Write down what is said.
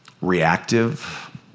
Reactive